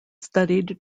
studied